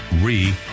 re